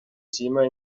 cinéma